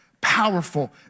powerful